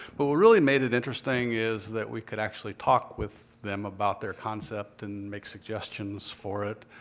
but what really made it interesting is that we could actually talk with them about their concept and make suggestions for it